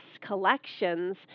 Collections